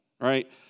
right